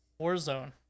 Warzone